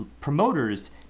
Promoters